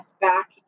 back